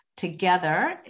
together